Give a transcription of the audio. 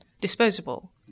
disposable